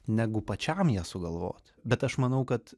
negu pačiam ją sugalvot bet aš manau kad